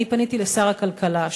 אני פניתי לשר הכלכלה,